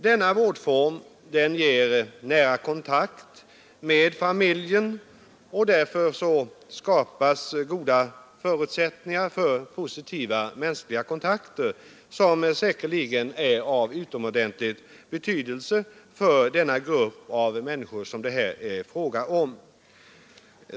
Denna vårdform ger nära kontakt med familjen, och därför skapas goda förutsättningar för positiva mänskliga kontakter, som säkerligen är av utomordentligt stor betydelse för den grupp av människor som det här är fråga om.